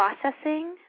processing